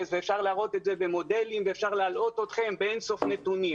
ואפשר להראות את זה במודלים ואפשר להלאות אתכם באין-סוף נתונים,